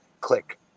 Click